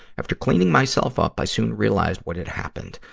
after cleaning myself up, i soon realized what had happened,